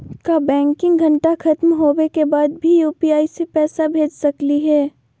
का बैंकिंग घंटा खत्म होवे के बाद भी यू.पी.आई से पैसा भेज सकली हे?